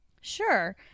sure